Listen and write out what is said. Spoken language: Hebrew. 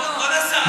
כבוד השרה,